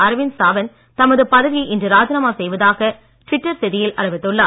அரவிந்த் சாவந்த் தமது பதவியை இன்று ராஜினாமா செய்வதாக டுவிட்டர் செய்தியில் அறிவித்துள்ளார்